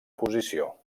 posició